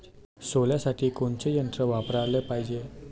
सोल्यासाठी कोनचं यंत्र वापराले पायजे?